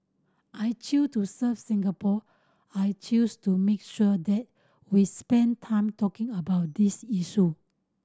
I chose to serve Singapore I chose to make sure that we spend time talking about this issue